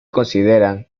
consideran